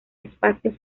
espacio